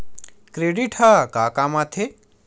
Credit ह का काम आथे?